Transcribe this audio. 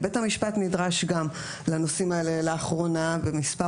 בית המשפט נדרש גם לנושאים האלה לאחרונה ובמספר